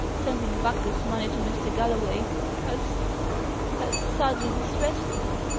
sending back this money to mr. galloway has has sadly distressed me.